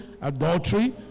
Adultery